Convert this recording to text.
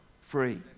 free